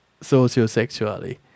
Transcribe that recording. sociosexually